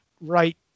right